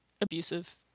abusive